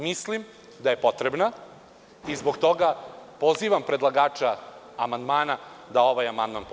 Mislim da je potrebna izbog toga pozivam predlagača amandmana da ovaj amandman povuče.